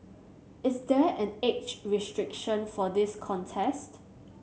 is there an age restriction for this contest